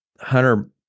Hunter –